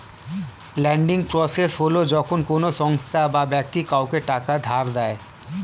lending process হল যখন কোনো সংস্থা বা ব্যক্তি কাউকে টাকা ধার দেয়